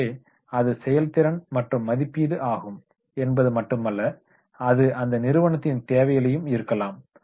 எனவே அது செயல்திறன் மற்றும் மதிப்பீடு ஆகும் என்பது மட்டுமல்ல அது அந்த நிறுவனத்தின் தேவைகளாகவும் இருக்கலாம்